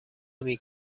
نمی